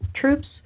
troops